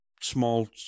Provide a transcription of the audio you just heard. small